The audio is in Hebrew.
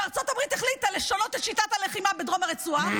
וארצות הברית החליטה לשנות את שיטת הלחימה בדרום הרצועה,